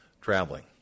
traveling